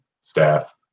staff